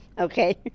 Okay